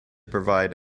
provide